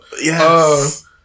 Yes